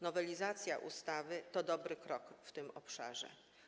Nowelizacja ustawy to dobry krok w tym obszarze.